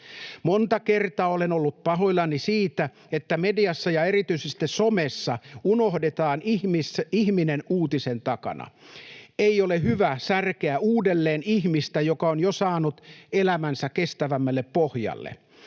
Monta kertaa olen ollut pahoillani siitä, että mediassa ja erityisesti somessa unohdetaan ihminen uutisen takana. Ei ole hyvä särkeä uudelleen ihmistä, joka on jo saanut elämänsä kestävämmälle pohjalle.